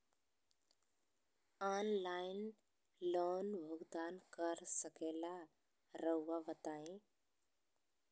Online loan भुगतान कर सकेला राउआ बताई?